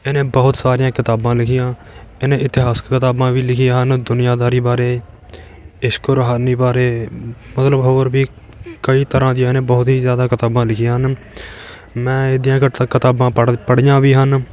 ਇਹਨੇ ਬਹੁਤ ਸਾਰੀਆਂ ਕਿਤਾਬਾਂ ਲਿਖੀਆਂ ਇਹਨੇ ਇਤਿਹਾਸਿਕ ਕਿਤਾਬਾਂ ਵੀ ਲਿਖੀਆਂ ਹਨ ਦੁਨੀਆਦਾਰੀ ਬਾਰੇ ਇਸ਼ਕ ਰੂਹਾਨੀ ਬਾਰੇ ਮਤਲਬ ਹੋਰ ਵੀ ਕਈ ਤਰ੍ਹਾਂ ਦੀਆਂ ਇਹਨੇ ਬਹੁਤ ਹੀ ਜ਼ਿਆਦਾ ਕਿਤਾਬਾਂ ਲਿਖੀਆਂ ਹਨ ਮੈਂ ਇਹਦੀਆਂ ਕਿਤਾਬਾਂ ਪੜ੍ਹ ਪੜ੍ਹੀਆਂ ਵੀ ਹਨ